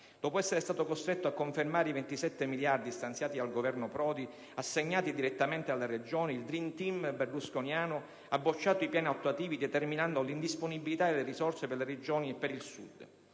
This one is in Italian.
Dopo esser stato costretto a confermare i 27 miliardi stanziati dal Governo Prodi assegnati direttamente alle Regioni, il *dream* *team* berlusconianoha bocciato i piani attuativi determinando l'indisponibilità delle risorse per le Regioni e per il Sud.